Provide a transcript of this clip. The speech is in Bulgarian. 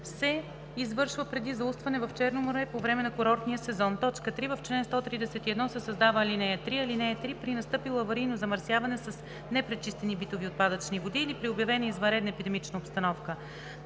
се извършва преди заустване в Черно море по време на курортния сезон.“ 3. В чл. 131 се създава ал. 3: „(3) При настъпило аварийно замърсяване с непречистени битови отпадъчни води или при обявена извънредна епидемична обстановка: